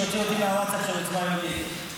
שיוציאו אותי מהוואטסאפ של עוצמה יהודית.